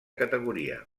categoria